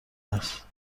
است